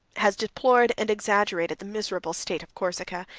has deplored and exaggerated the miserable state of corsica,